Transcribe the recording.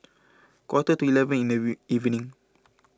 quarter to eleven in the evening